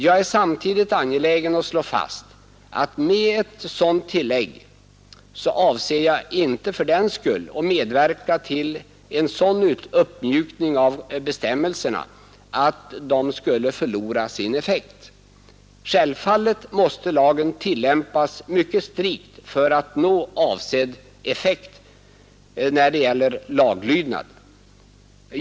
Jag är samtidigt angelägen att slå fast att med ett dylikt tillägg avser jag inte att medverka till en sådan uppmjukning av bestämmelserna att de skulle kunna förlora sin effekt. Självfallet måste lagen tillämpas mycket strikt för att man skall nå avsedd effekt när det gäller laglydnad.